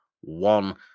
one